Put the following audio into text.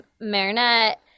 Marinette